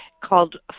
called